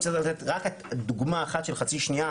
אני רוצה לתת רק דוגמה אחת של חצי שנייה,